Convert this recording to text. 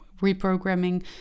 reprogramming